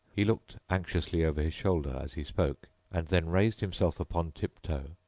he looked anxiously over his shoulder as he spoke, and then raised himself upon tiptoe,